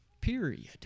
period